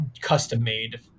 custom-made